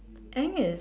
aang is